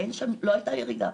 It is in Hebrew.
לא הייתה ירידה,